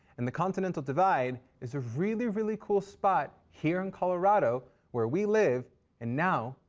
and the continental divide is a really, really cool spot here in colorado where we live and now,